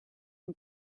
une